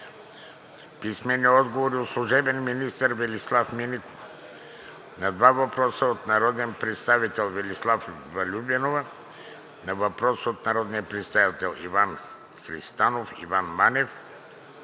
Дунчев; – служебния министър Велислав Минеков на два въпроса от народния представител Велислава Любенова; на въпрос от народния представител Иван Христанов, Иван Манев;